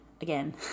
again